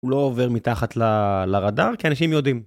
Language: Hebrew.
הוא לא עובר מתחת לרדאר, כי אנשים יודעים.